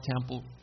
temple